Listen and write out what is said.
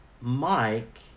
Mike